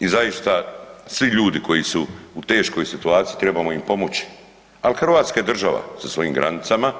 I zaista svi ljudi koji su u teškoj situaciji trebamo im pomoći, ali i Hrvatska država sa svojim granicama